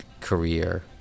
career